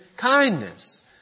kindness